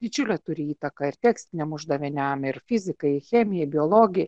didžiulę turi įtaką ir tekstiniam uždaviniam ir fizikai chemijai biologijai